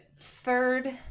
third